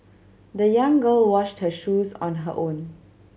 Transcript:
the young girl washed her shoes on her own